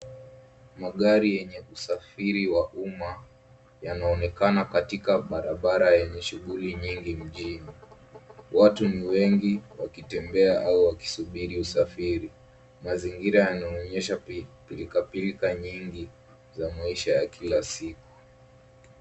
Magari yenye usafiri wa umma yanaonekana katika barabara yenye shughuli nyingi mjini. Watu ni wengi wakitembea au wakisubiri usafiri. Mazingira yanayoonyesha pilka pilka nyingi za maisha ya kila siku.